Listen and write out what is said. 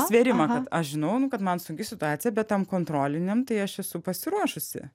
svėrimą kad aš žinau nu kad man sunki situacija bet tam kontroliniam tai aš esu pasiruošusi